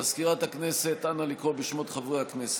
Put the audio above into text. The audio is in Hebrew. מזכירת הכנסת, נא לקרוא בשמות חברי הכנסת.